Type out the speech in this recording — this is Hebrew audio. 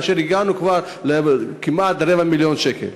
והגענו כבר כמעט לרבע מיליארד שקל.